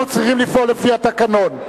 אנחנו צריכים לפעול לפי התקנון,